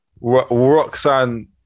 Roxanne